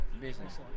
Business